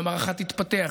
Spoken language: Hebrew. והמערכה תתפתח,